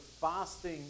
fasting